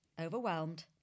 overwhelmed